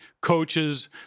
coaches